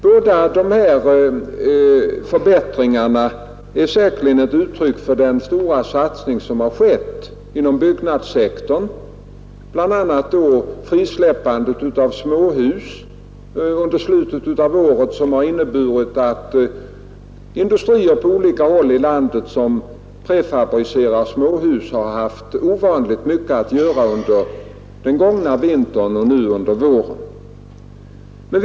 Båda de här förbättringarna är säkerligen uttryck för den stora satsning som har skett inom byggnadssektorn, bl.a. genom frisläppandet av småhus i slutet av året, vilken inneburit att industrier på olika håll i landet som prefabricerar småhus har haft ovanligt mycket att göra under den gångna vintern och nu under våren.